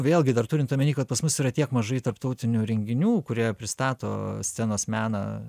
vėlgi dar turint omeny kad pas mus yra tiek mažai tarptautinių renginių kurie pristato scenos meną